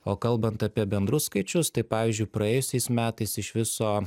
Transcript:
o kalbant apie bendrus skaičius tai pavyzdžiui praėjusiais metais iš viso